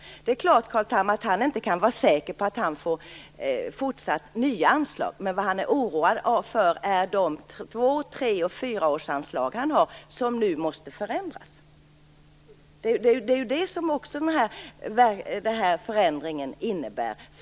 Det är klart att han inte kan vara säker på att få fortsatt nya anslag. Men han är oroad över de två-, tre och fyraårsanslag som nu måste förändras. Detta är ju också detta som denna förändring innebär.